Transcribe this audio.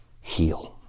heal